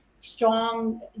strong